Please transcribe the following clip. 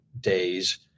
days